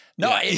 No